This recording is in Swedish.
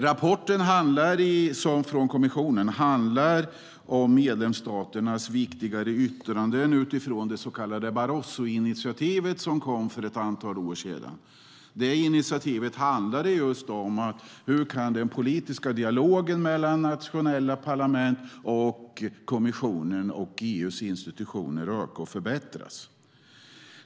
Rapporten från kommissionen handlar om medlemsstaternas viktigare yttranden utifrån det så kallade Barrosoinitiativet, som kom för ett antal år sedan. Det handlade om hur den politiska dialogen mellan de nationella parlamenten, kommissionen och EU:s institutioner ska kunna öka och förbättras.